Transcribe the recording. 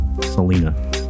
Selena